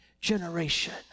generation